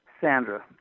Sandra